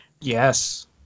Yes